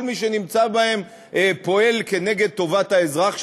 כל מי שנמצא בהם פועל נגד טובת האזרח,